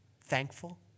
Thankful